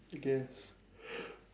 guess